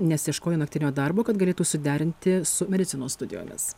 nes ieškojo naktinio darbo kad galėtų suderinti su medicinos studijomis